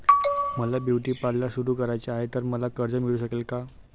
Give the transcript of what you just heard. मला beauty parlour सुरू करायचे आहे तर मला कर्ज मिळू शकेल का?